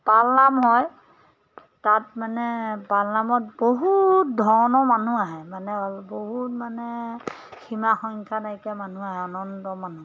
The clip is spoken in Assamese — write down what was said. পালনাম হয় তাত মানে পালনামত বহুত ধৰণৰ মানুহ আহে মানে বহুত মানে সীমাসংখ্যা নাইকিয়া মানুহ আহে অনন্ত মানুহ